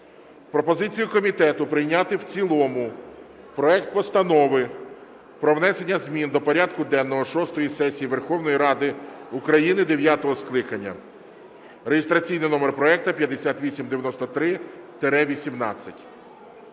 пропозицію комітету прийняти в цілому проект Постанови про внесення змін до порядку денного шостої сесії Верховної Ради України дев'ятого скликання (реєстраційний номер проекту 5893-18).